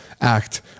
act